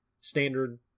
standard